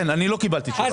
כן, אני לא קיבלתי תשובה.